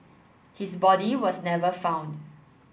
his body was never found